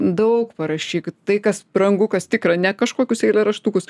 daug parašyk tai kas brangu kas tikra ne kažkokius eilėraštukus